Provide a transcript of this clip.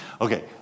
Okay